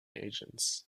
agents